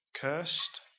cursed